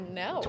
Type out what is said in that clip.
no